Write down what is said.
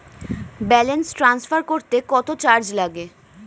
Balance transfer করতে কত charge লাগে?